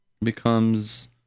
becomes